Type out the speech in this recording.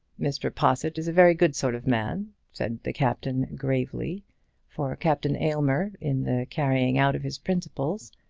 mr. possitt is a very good sort of man, said the captain, gravely for captain aylmer, in the carrying out of his principles,